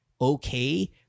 okay